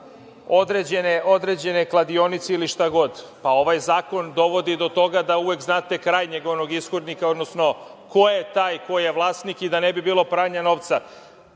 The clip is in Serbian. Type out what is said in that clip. određene kladionice ili šta god, pa ovaj zakon dovodi do toga da uvek znate krajnjeg ishodnika, odnosno ko je taj ko je vlasnik i da ne bi bilo pranja novca. Sve